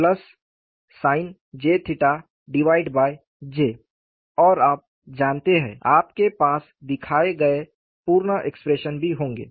और आप जानते हैं आपके पास दिखाए गए पूर्ण एक्सप्रेशन भी होंगे